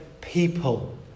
people